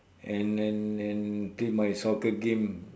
and and and play my soccer game